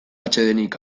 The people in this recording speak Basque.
atsedenik